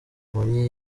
mbonyi